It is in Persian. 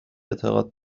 اعتقاد